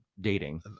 dating